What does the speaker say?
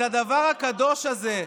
ואת הדבר הקדוש הזה,